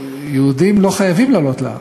עם הרבנות הראשית אם מותר ליהודים לעלות להר?